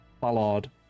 Ballard